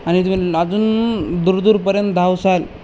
आणि तुम्ही अजून दूर दूरपर्यंत धावाल